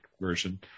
version